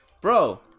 bro